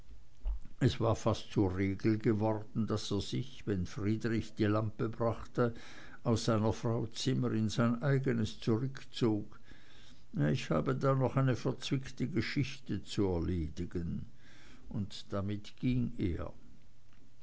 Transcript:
es war fast zur regel geworden daß er sich wenn friedrich die lampe brachte aus seiner frau zimmer in sein eigenes zurückzog ich habe da noch eine verzwickte geschichte zu erledigen und damit ging er